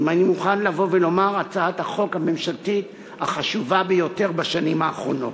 אני מוכן לבוא ולומר: הצעת החוק הממשלתית החשובה ביותר בשנים האחרונות.